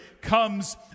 comes